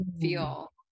feel